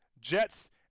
Jets